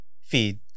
Feed